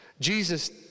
Jesus